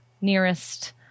nearest